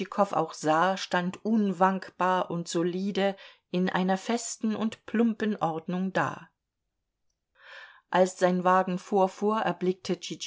tschitschikow auch sah stand unwankbar und solide in einer festen und plumpen ordnung da als sein wagen vorfuhr erblickte